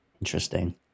Interesting